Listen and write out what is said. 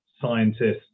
scientists